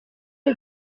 est